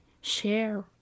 share